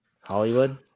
Hollywood